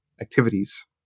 activities